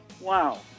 Wow